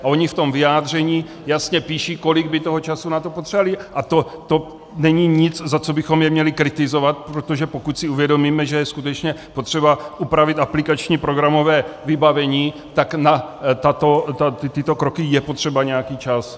A oni v tom vyjádření jasně píší, kolik by toho času na to potřebovali, a to není nic, za co bychom je měli kritizovat, protože pokud si uvědomíme, že je skutečně potřeba upravit aplikační programové vybavení, tak na tyto kroky je potřeba nějaký čas.